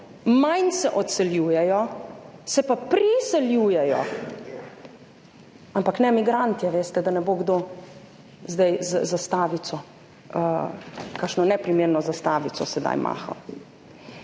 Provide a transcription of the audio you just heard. manj se odseljujejo, se pa priseljujejo, ampak ne migranti, veste, da ne bo kdo zdaj z zastavico, kakšno neprimerno zastavico sedaj maha.